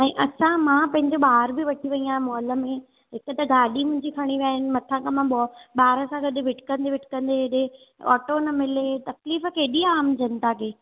साईं असां मां पंहिंजो ॿारु बि वठी वई आहियां मॉल में हिकु त गाॾी मुंहिंजी खणी विया आहिनि मथां खां मां बोक्स ॿार सां गॾु भिटिकंदे भिटिकंदे हेॾे ऑटो न मिले तकलीफ़ केॾी आहे आमु जनता जी